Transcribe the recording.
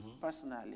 personally